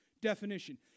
definition